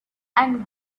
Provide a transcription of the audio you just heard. and